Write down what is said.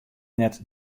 net